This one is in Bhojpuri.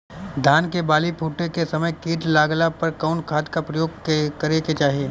धान के बाली फूटे के समय कीट लागला पर कउन खाद क प्रयोग करे के चाही?